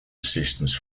assistance